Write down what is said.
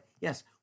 Yes